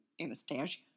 Anastasia